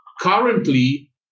currently